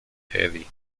eddy